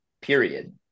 period